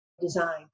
design